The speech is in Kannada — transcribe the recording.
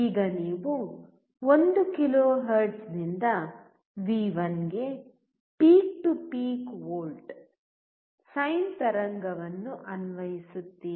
ಈಗ ನೀವು 1 ಕಿಲೋಹೆರ್ಟ್ಜ್ ನಿಂದ ವಿ1 ಗೆ peak to peak volt sine ತರಂಗವನ್ನು ಅನ್ವಯಿಸುತ್ತೀರಿ